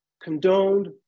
condoned